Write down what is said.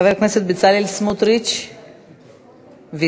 חבר הכנסת בצלאל סמוטריץ, ויתר,